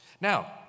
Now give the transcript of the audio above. Now